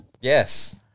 yes